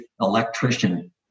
electrician